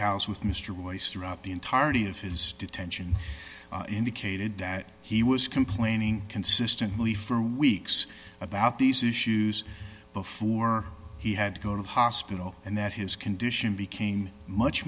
house with mr boies throughout the entirety of his detention indicated that he was complaining consistently for weeks about these issues before he had to go to hospital and that his condition became much